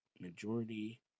majority